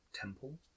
temple